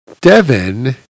Devin